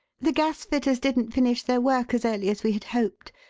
the gasfitters didn't finish their work as early as we had hoped,